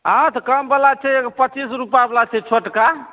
हँ तऽ एगो कम बाला छै पचीस रूपा बला छै छोटका